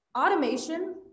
automation